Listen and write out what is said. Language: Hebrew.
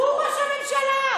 הוא ראש הממשלה.